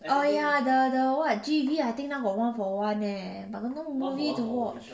oh ya the the [what] G_V I think now got one for one eh but got no movie to watch